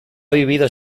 vivido